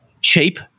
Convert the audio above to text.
cheap